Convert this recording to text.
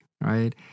right